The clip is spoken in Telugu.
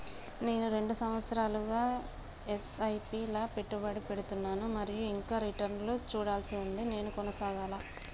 నేను రెండు సంవత్సరాలుగా ల ఎస్.ఐ.పి లా పెట్టుబడి పెడుతున్నాను మరియు ఇంకా రిటర్న్ లు చూడాల్సి ఉంది నేను కొనసాగాలా?